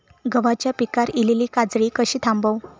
गव्हाच्या पिकार इलीली काजळी कशी थांबव?